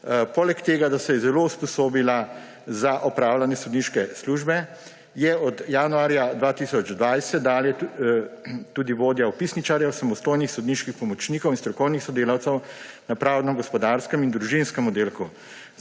Poleg tega, da se je zelo usposobila za opravljanje sodniške službe, je od januarja 2020 dalje tudi vodja vpisničarjev, samostojnih sodniških pomočnikov in strokovnih sodelavcev na Pravdno gospodarskem in Družinskem oddelku.